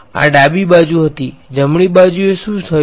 તેથી આ ડાબા બાજુ હતી જમણી બાજુએ શું થયું